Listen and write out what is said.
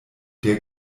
der